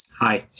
hi